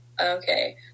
Okay